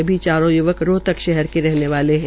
सभी चारों रोहतक शहर के रहने वाले है